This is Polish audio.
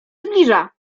zbliża